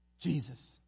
Jesus